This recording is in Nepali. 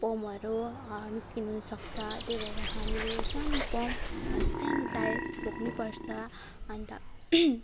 पमहरू निस्किनु सक्छ त्यही भएर हामीले सानो पम्प अन्त सानो टायर बोक्नै पर्छ अन्त